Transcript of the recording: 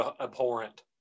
abhorrent